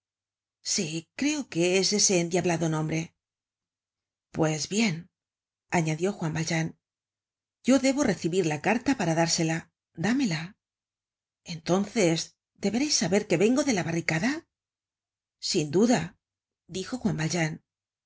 sí creo que es ese endiablado nombre pues bien añadió juan valjean yo debo recibir la carta para dársela dámela content from google book search generated at entonces debereis saber que vengo de la barricada sin duda dijo juan valjean